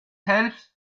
helps